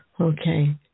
Okay